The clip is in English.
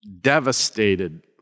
devastated